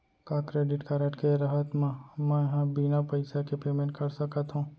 का credit card के रहत म, मैं ह बिना पइसा के पेमेंट कर सकत हो?